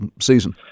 season